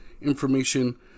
information